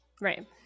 right